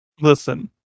Listen